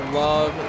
love